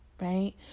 right